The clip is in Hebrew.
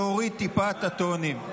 להוריד טיפה את הטונים.